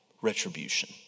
retribution